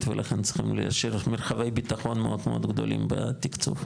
ולכן צריכים לתת מרווחי ביטחון מאוד מאוד גדולים בתקצוב.